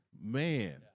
Man